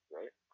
right